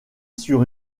sur